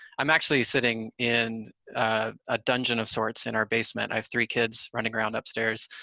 i'm actually sitting in a dungeon of sorts, in our basement. i have three kids running around upstairs,